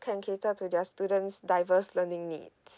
can cater to their students diverse learning needs